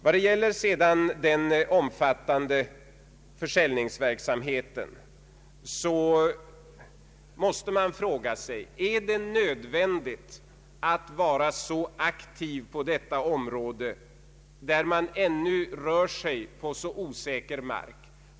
Vad sedan gäller den omfattande försäljningsverksamheten måste man fråga sig om det är nödvändigt att vara så aktiv på detta område, där man ännu rör sig på så osäker mark.